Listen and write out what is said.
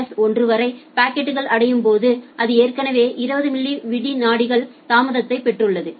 S 1 வரை பாக்கெட்கள் அடையும் போது அது ஏற்கனவே 20 மில்லி விநாடிகள் தாமதத்தைப் பெற்றுள்ளது